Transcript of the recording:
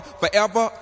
forever